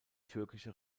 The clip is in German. türkische